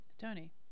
Tony